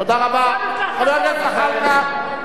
לאדם הזה, תושב שכם, לקנות ביפו?